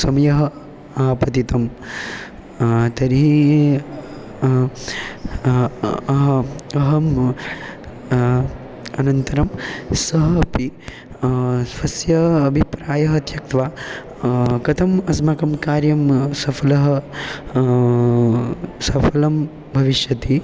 समयः आपतितः तर्हि अहं अनन्तरं सः अपि स्वस्य अभिप्रायं त्यक्त्वा कथम् अस्माकं कार्यं सफलं सफलं भविष्यति